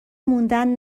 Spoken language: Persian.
موندن